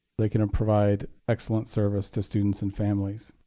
they can provide excellent service to students and families.